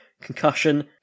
Concussion